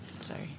sorry